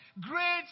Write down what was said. Great